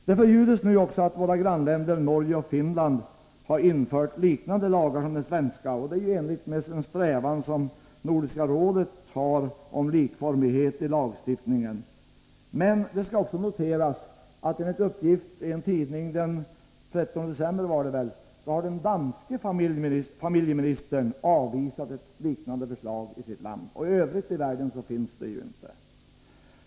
Det förljudes att våra grannländer Norge och Finland numera infört lagar liknande den svenska, i enlighet med den strävan till likformighet i lagstiftningen som Nordiska rådet verkat för, men det skall också noteras att enligt uppgift i en tidning den 13 december har den danske familjeministern avvisat ett liknande förslag, och i övrigt ute i världen finns det ju inte någon sådan lag.